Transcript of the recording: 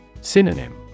Synonym